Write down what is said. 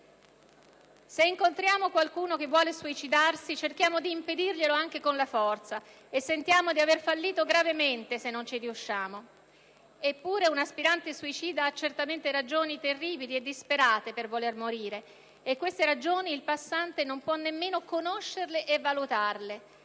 Se incontriamo qualcuno che vuole suicidarsi, cerchiamo di impedirglielo anche con la forza e sentiamo di aver fallito gravemente se non ci riusciamo. Eppure, un aspirante suicida ha certamente ragioni terribili e disperate per voler morire e queste ragioni il passante non può nemmeno conoscerle e valutarle: